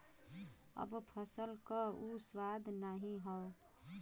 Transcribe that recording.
अब फसल क उ स्वाद नाही हौ